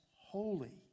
holy